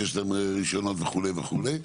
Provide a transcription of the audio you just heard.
שיש להם רישיונות וכו' וכו'.